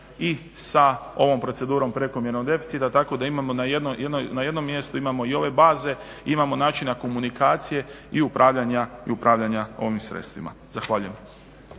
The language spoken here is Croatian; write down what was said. i sa ovom procedurom prekomjernog deficita tako da imamo na jednom mjestu i ove baze, imamo način komunikacije i upravljanja ovim sredstvima. Zahvaljujem.